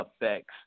effects